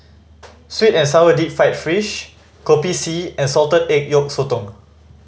sweet and sour deep fried fish Kopi C and salted egg yolk sotong